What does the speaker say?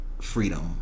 freedom